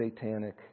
satanic